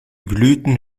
blüten